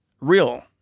real